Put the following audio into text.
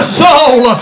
soul